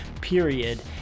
period